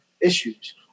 issues